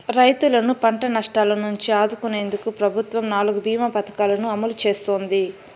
రైతులను పంట నష్టాల నుంచి ఆదుకునేందుకు ప్రభుత్వం నాలుగు భీమ పథకాలను అమలు చేస్తోంది